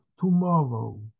tomorrow